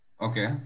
Okay